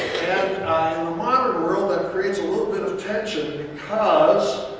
and in the modern world that creates a little bit of tension because